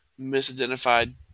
misidentified